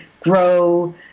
grow